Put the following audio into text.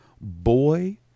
boy